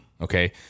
Okay